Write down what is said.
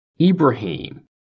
Ibrahim